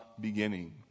beginning